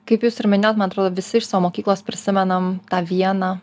kaip jūs ir minėjot man atrodo visi iš savo mokyklos prisimenam tą vieną